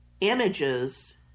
images